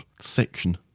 section